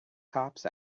cops